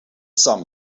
some